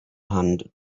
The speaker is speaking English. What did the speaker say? hand